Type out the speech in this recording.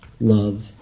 love